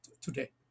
today